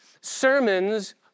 sermons